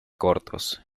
cortos